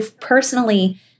personally